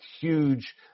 huge